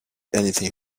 anything